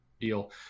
deal